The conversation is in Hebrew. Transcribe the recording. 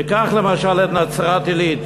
ניקח למשל את נצרת-עילית: